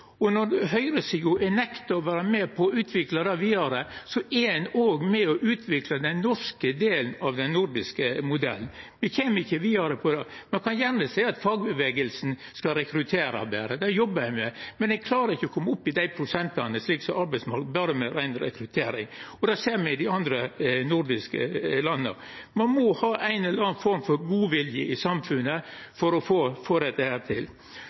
Når høgresida nektar å vera med på å utvikla det vidare, er ein òg med på å hindra utviklinga av den norske delen av den nordiske modellen – me kjem ikkje vidare. Ein kan gjerne seia at fagbevegelsen skal rekruttera betre – det jobbar ein med – men ein klarar ikkje å koma opp i den prosentdelen berre med rein rekruttering. Det ser me i dei andre nordiske landa – ein må ha ei eller anna form for godvilje i samfunnet for å få